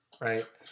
right